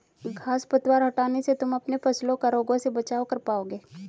घांस पतवार हटाने से तुम अपने फसलों का रोगों से बचाव कर पाओगे